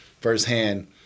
firsthand